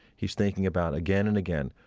he's thinking about, again and again,